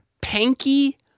Panky